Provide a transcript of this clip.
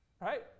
right